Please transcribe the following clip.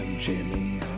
Jimmy